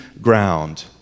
ground